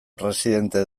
presidente